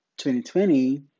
2020